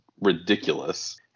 ridiculous